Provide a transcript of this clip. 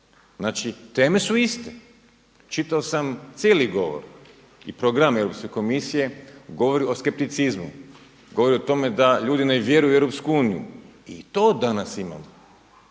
Znači, teme su iste. Čitao sam cijeli govor i program Europske komisije, govori o skepticizmu. Govori o tome da ljudi ne vjeruju u EU. I to danas imamo.